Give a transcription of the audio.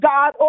God